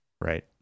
Right